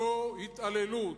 זאת התעללות.